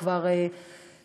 הוא כבר עבר